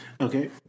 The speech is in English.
okay